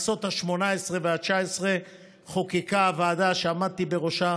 בכנסות השמונה-עשרה והתשע-עשרה חוקקה הוועדה שעמדתי בראשה